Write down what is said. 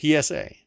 PSA